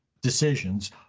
decisions